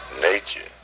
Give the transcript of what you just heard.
nature